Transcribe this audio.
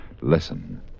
Listen